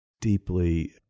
deeply